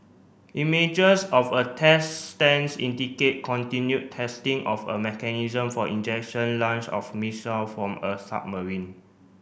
images of a test stands indicate continued testing of a mechanism for ejection launch of missile from a submarine